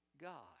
God